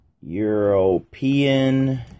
European